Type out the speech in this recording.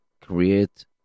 create